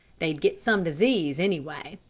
they'd get some disease, anyway.